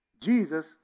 Jesus